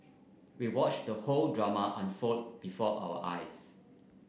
we watched the drama unfold before our eyes